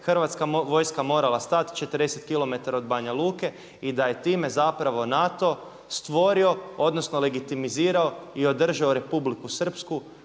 Hrvatska vojska morala stati 40km od Banja Luke i da je time zapravo NATO stvorio, odnosno legitimizirao i održao Republiku Srpsku